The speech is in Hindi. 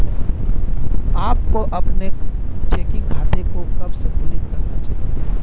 आपको अपने चेकिंग खाते को कब संतुलित करना चाहिए?